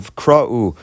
kra'u